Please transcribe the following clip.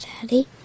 Daddy